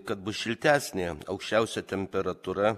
kad bus šiltesnė aukščiausia temperatūra